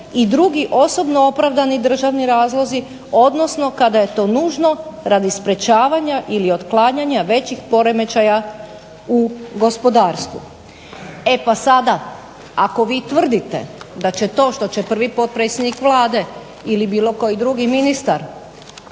i drugi osobno opravdani državni razlozi, odnosno kada je to nužno radi sprečavanja ili otklanjanja većih poremećaja u gospodarstvu. E pa sada, ako vi tvrdite da će to što će prvi potpredsjednik Vlade ili bilo koji drugi ministar